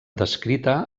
descrita